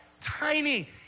tiny